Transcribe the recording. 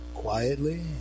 Quietly